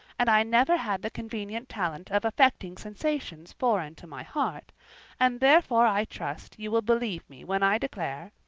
and i never had the convenient talent of affecting sensations foreign to my heart and therefore i trust you will believe me when i declare,